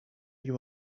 you